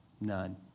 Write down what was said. None